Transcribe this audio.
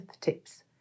tips